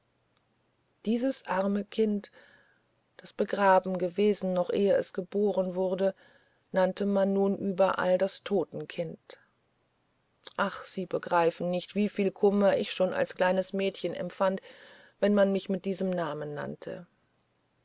dieses arme kind das begraben gewesen noch ehe es geboren worden nannte man nun überall das totenkind ach sie begreifen nicht wieviel kummer ich schon als kleines mädchen empfand wenn man mich bei diesem namen nannte